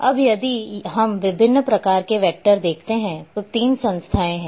अब यदि हम विभिन्न प्रकार के वैक्टर देखते हैं तो 3 संस्थाएँ हैं